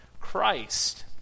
Christ